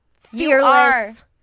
fearless